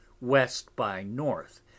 west-by-north